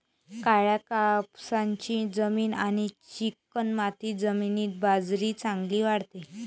काळ्या कापसाची जमीन आणि चिकणमाती जमिनीत बाजरी चांगली वाढते